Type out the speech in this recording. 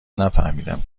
نفهمیدیم